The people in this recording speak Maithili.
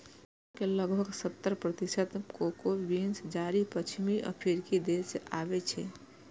दुनिया के लगभग सत्तर प्रतिशत कोको बीन्स चारि पश्चिमी अफ्रीकी देश सं आबै छै